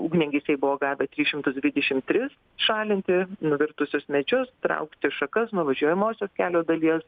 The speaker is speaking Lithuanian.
ugniagesiai buvo gavę tris šimtus dvidešim tris šalinti nuvirtusius medžius traukti šakas nuo važiuojamosios kelio dalies